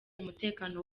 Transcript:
umutekano